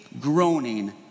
groaning